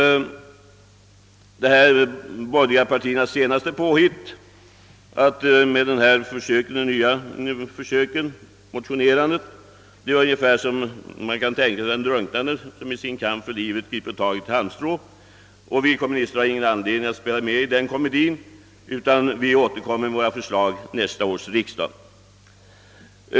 De borgerliga partiernas senaste påhitt att motionera i ett dylikt läge påminner om en drunknande som i sin kamp för livet griper tag i ett halmstrå. Vi kommunister har ingen anledning att spela med i den komedin, utan vi återkommer med våra förslag till nästa års riksdag.